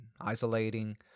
isolating